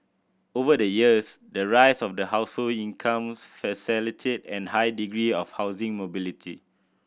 over the years the rise of household incomes facilitated a high degree of housing mobility